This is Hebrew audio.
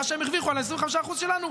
מה שהם הרוויחו על ה-25% שלנו,